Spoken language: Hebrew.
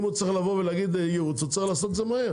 אם הוא צריך לתת יעוץ, הוא צריך לעשות את זה מהר.